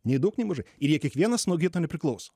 nei daug nei mažai ir jie kiekvienas nuo kito nepriklauso